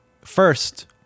First